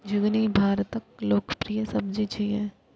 झिंगुनी भारतक लोकप्रिय सब्जी छियै